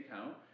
account